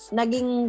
naging